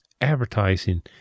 advertising